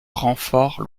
renforts